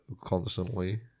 constantly